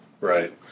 Right